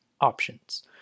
options